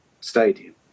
stadium